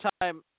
time